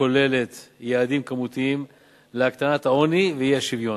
הכוללת יעדים כמותיים להקטנת העוני והאי-שוויון,